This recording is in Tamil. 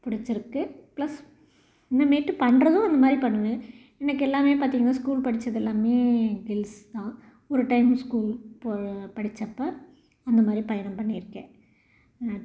பிடிச்சிருக்கு பிளஸ் இன்னிமேட்டு பண்ணுறதும் அந்தமாதிரி பண்ணுவேன் எனக்கு எல்லாமே பார்த்திங்கன்னா ஸ்கூல் படித்தது எல்லாமே கேர்ள்ஸ்தான் ஒரு டைம் ஸ்கூல் போற படித்தப்ப அந்தமாதிரி பயணம் பண்ணியிருக்கேன்